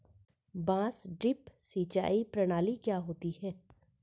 बांस ड्रिप सिंचाई प्रणाली क्या होती है?